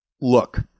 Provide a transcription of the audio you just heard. look